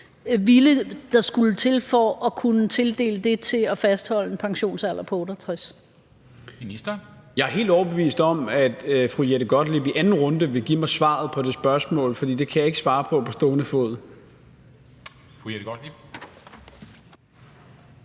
Ministeren. Kl. 17:31 Beskæftigelsesministeren (Peter Hummelgaard): Jeg er helt overbevist om, at fru Jette Gottlieb i anden runde vil give mig svaret på det spørgsmål, for det kan jeg ikke svare på på stående fod.